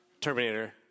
Terminator